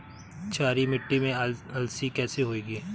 क्षारीय मिट्टी में अलसी कैसे होगी?